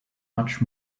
much